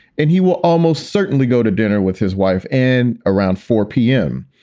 and he will almost certainly go to dinner with his wife. and around four p m.